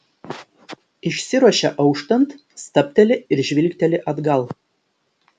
išsiruošia auštant stabteli ir žvilgteli atgal